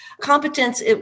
competence